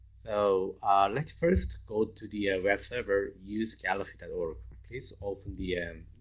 so let's first go to the ah web server, usegalaxy org. please open the and